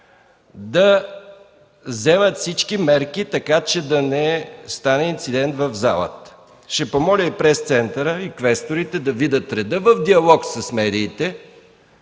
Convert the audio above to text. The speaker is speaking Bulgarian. да вземат всички мерки, така че да не стане инцидент в залата. Ще помоля и Пресцентъра, и квесторите да видят реда в диалог с медиите.